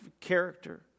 character